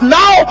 now